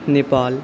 Nepal